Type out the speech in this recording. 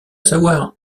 savoir